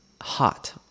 hot